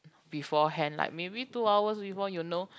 beforehand like maybe two hours before you know